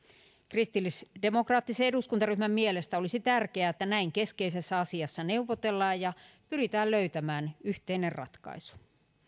kristillisdemokraattisen eduskuntaryhmän mielestä olisi tärkeää että näin keskeisessä asiassa neuvotellaan ja pyritään löytämään yhteinen ratkaisu